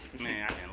man